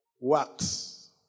works